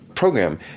Program